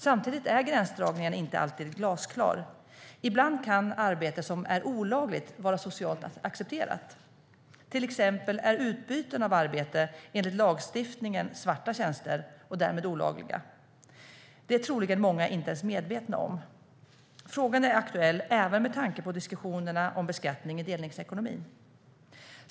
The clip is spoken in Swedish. Samtidigt är gränsdragningen inte alltid glasklar. Ibland kan arbete som är olagligt vara socialt accepterat. Till exempel är utbyten av arbete enligt lagstiftningen svarta tjänster och därmed olagliga. Det är troligen många inte ens medvetna om. Frågan är aktuell även med tanke på diskussionerna om beskattning i delningsekonomin.